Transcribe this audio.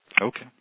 Okay